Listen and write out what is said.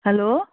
hello